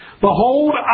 Behold